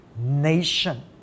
nation